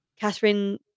Catherine